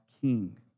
King